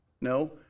No